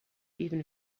even